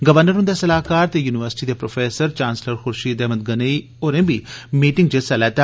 governor हुंदे सलाहकार ते युनिवर्सिटी दे प्रो चांस्लर खुर्षीद अहमद गनेई होरें बी मीटिंग च हिस्सा लैता